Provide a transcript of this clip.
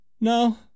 No